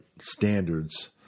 standards